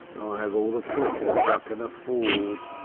have all the clickers i can afford,